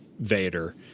Vader